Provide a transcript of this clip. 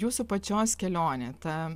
jūsų pačios kelionė ta